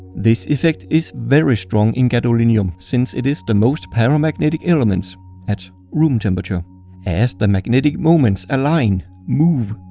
this effect is very strong in gadolinium since it is the most paramagnetic element at room temperature as the magnetic moments align, move,